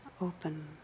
open